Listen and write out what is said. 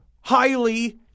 highly